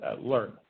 learn